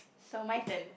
so my turn